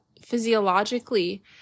physiologically